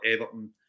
Everton